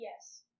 Yes